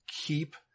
keep